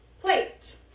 Plate